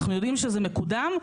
אנחנו יודעים שזה מקודם,